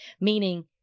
meaning